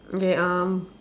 okay um